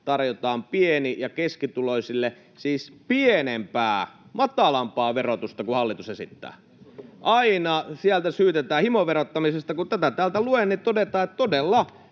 tarjotaan pieni- ja keskituloisille siis pienempää, matalampaa, verotusta kuin hallitus esittää. Aina sieltä syytetään himoverottamisesta. Kun tätä täältä luen, niin todetaan, että todella